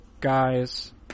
guys